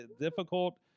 difficult